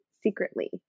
secretly